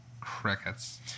Crickets